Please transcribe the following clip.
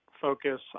focus